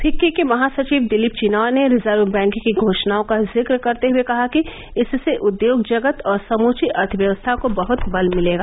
FICCI के महासचिव दिलिप चिनॉय ने रिजर्व बैंक की घोषणाओं का जिक्र करते हुए कहा कि इससे उद्योग जगत और समूवी अर्थव्यवस्था को बहत बल मिलेगा